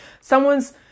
someone's